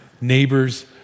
neighbor's